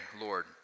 Lord